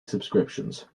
subscriptions